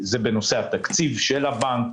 בנושא תקציב הבנק,